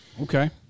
Okay